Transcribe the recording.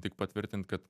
tik patvirtint kad